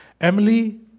Emily